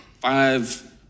Five